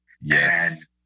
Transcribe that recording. Yes